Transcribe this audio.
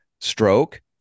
stroke